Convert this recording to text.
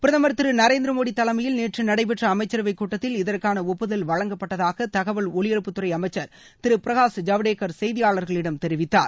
பிரதமர் திரு நரேந்திர மோடி தலைமையில் நேற்று நடைபெற்ற அமைச்சரவை கூட்டத்தில் இதற்கான ஒப்புதல் வழங்கப்பட்டதாக தகவல் ஒலிபரப்புத்துறை அமைச்சர் திரு பிரகாஷ் ஜவடேகர் செய்தியாளர்களிடம் தெரிவித்தார்